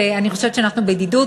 שאני חושבת שאנחנו בידידות,